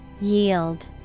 Yield